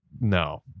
no